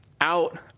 out